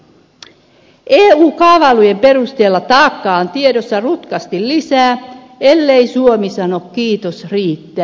eun kaavailujen perusteella taakkaa on tiedossa rutkasti lisää ellei suomi sano kiitos riittää